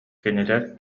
кинилэр